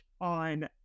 on